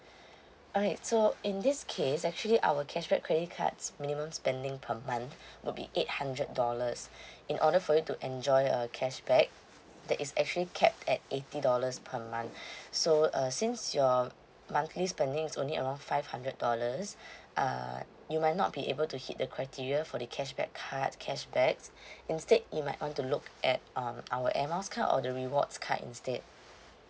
okay so in this case actually our cashback credit cards' minimum spending per month will be eight hundred dollars in order for you to enjoy a cashback that is actually capped at eighty dollars per month so uh since your monthly spending is only around five hundred dollars uh you might not be able to hit the criteria for the cashback card cashback instead you might want to look at um our air miles card or the rewards card instead